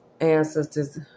ancestors